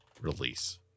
release